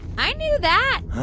i knew that